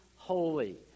Holy